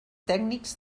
tècnics